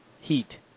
heat